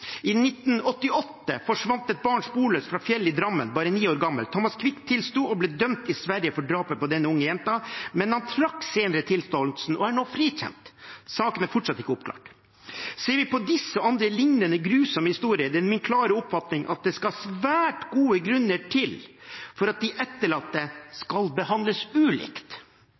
I 1988 forsvant et barn sporløst fra Fjell i Drammen, bare ni år gammel. Thomas Quick tilsto, og ble dømt i Sverige for drapet på denne unge jenta, men han trakk senere tilståelsen og er nå frikjent. Saken er fortsatt ikke oppklart. Ser vi på disse og andre lignende, grusomme historier, er min klare oppfatning at det skal svært gode grunner til for at de etterlatte skal behandles ulikt.